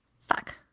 Fuck